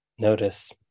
notice